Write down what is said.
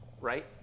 right